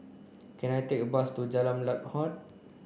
can I take a bus to Jalan Lam Huat